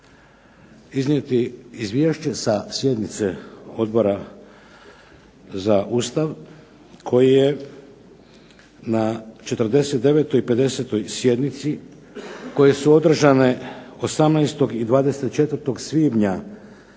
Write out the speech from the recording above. iznijeti Izvješće sa sjednice Odbora za Ustav koji je na 49. i 50. sjednici koje su održane 18. i 24. svibnja